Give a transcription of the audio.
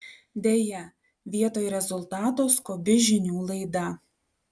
deja vietoj rezultato skubi žinių laida